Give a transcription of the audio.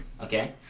okay